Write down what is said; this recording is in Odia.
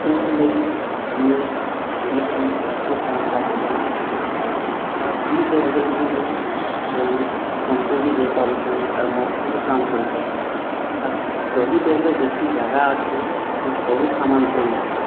ଯେନ୍ଥିର୍ଲାଗି ମୁଁଇ କିଣିଥିଲି ସେ କାମ୍ଟା ହେଇଗଲା ଆର୍ ଇ ବ୍ୟାଗ୍ ଧରିକରି ମୁଇଁ ବୌଦ୍ଧ୍ ସୋନ୍ପୁର୍ ବି ଯାଇପାରୁଛେଁ ଆର୍ ମୋର୍ ସବୁ କାମ୍ କରିପାରୁଛେଁ ଆର୍ ଟ୍ରଲି ବ୍ୟାଗ୍ରେ ଯେତ୍କି ଜାଗା ଅଛେ ମୋର୍ ସବୁ ସାମାନ୍ ଧରୁଛି